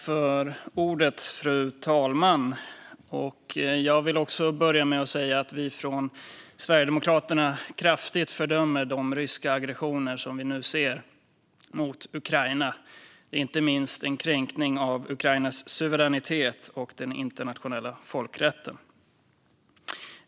Fru talman! Jag vill börja med att säga att också vi från Sverigedemokraterna kraftigt fördömer de ryska aggressioner som vi nu ser mot Ukraina. Det är inte minst en kränkning av Ukrainas suveränitet och den internationella folkrätten.